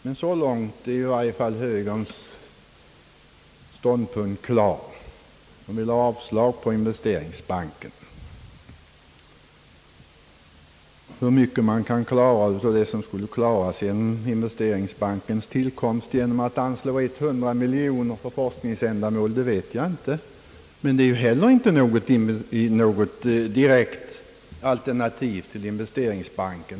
Men så långt är i varje fall högerns ståndpunkt klar: högern vill ha avslag på förslaget om investeringsbanken. Hur mycket man kan klara av det, som skulle klaras genom investeringsbankens tillkomst, genom att anslå 100 miljoner för forskningsändamål, det vet jag inte. Men det är ju heller inte något direkt alternativ till investeringsbanken.